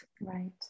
Right